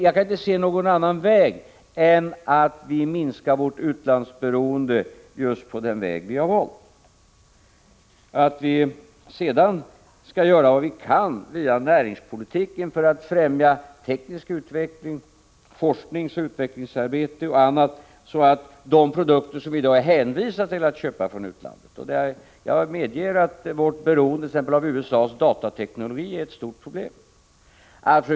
Jag kan inte se någon annan möjlighet att minska vårt utlandsberoende än just den väg vi har valt. Sedan skall vi göra vad vi kan via näringspolitiken för att främja teknisk utveckling, forskningsoch utvecklingsarbete och annat, för att försöka minska vårt beroende av produkter som vi i dag är hänvisade till att köpa från utlandet — jag medger att vårt beroende av t.ex. USA:s datateknologi är ett stort problem.